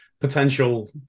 potential